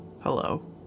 Hello